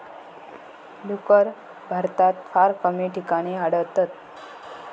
डुक्कर भारतात फार कमी ठिकाणी आढळतत